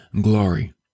glory